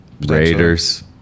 Raiders